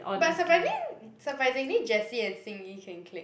but surprising surprisingly Jessie and Xing-Yi can click